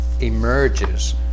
emerges